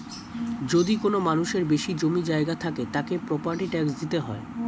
যদি কোনো মানুষের বেশি জমি জায়গা থাকে, তাকে প্রপার্টি ট্যাক্স দিতে হয়